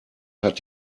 hat